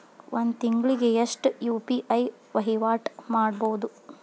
ಒಂದ್ ತಿಂಗಳಿಗೆ ಎಷ್ಟ ಯು.ಪಿ.ಐ ವಹಿವಾಟ ಮಾಡಬೋದು?